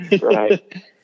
right